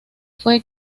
fue